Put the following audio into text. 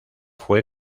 fue